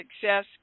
success